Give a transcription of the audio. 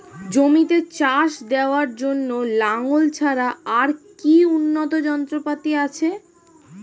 জমিতে চাষ দেওয়ার জন্য লাঙ্গল ছাড়া আর কি উন্নত যন্ত্রপাতি আছে?